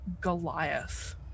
Goliath